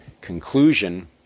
conclusion